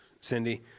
Cindy